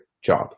Job